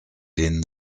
denen